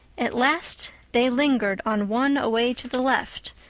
at last they lingered on one away to the left,